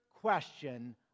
question